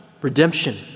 Redemption